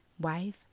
wife